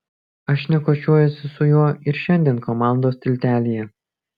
aš šnekučiuojuosi su juo ir šiandien komandos tiltelyje